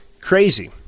crazy